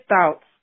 thoughts